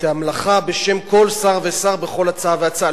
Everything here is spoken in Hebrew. המלאכה בשם כל שר ושר בכל הצעה והצעה.